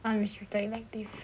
unrestricted elective